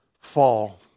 fall